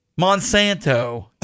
Monsanto